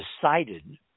decided